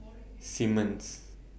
Simmons